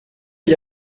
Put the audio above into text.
gli